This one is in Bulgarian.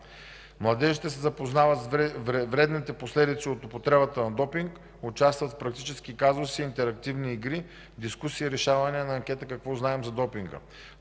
Младежите се запознават с вредните последици от употребата на допинг, участват в практически казуси и интерактивни игри, в дискусии и решаване на анкети „Какво знаем за допинга”.